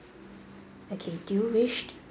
okay do you wish